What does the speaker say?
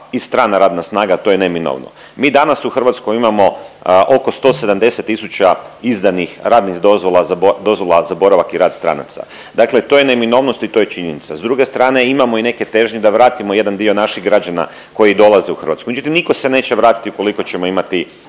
i strana radna snaga to je neminovno. Mi danas u Hrvatskoj imamo oko 170 tisuća izdanih radnih dozvola za boravak i rad stranaca, dakle to je neminovnost i to je činjenica. S druge strane imamo i neke težnje da vratimo jedan dio naših građana koji dolaze u Hrvatsku, međutim niko se neće vratiti ukoliko ćemo imati